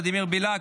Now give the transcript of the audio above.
ולדימיר בליאק,